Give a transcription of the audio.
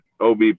OB